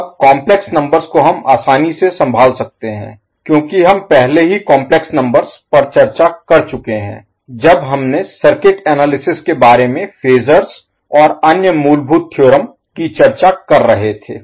अब complex numbers को हम आसानी से संभाल सकते हैं क्योंकि हम पहले ही काम्प्लेक्स नंबर्स पर चर्चा कर चुके हैं कि जब हम सर्किट एनालिसिस विश्लेषण Analysis के बारे में फेजर्स और अन्य मूलभूत थ्योरम की चर्चा कर रहे थे